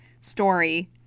story